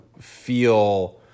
feel